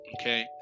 Okay